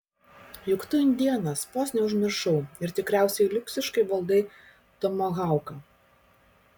juk tu indėnas vos neužmiršau ir tikriausiai liuksiškai valdai tomahauką